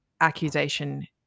accusation